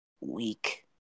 weak